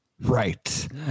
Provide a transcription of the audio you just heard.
right